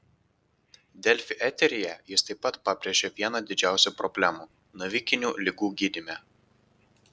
delfi eteryje jis taip pat pabrėžė vieną didžiausių problemų navikinių ligų gydyme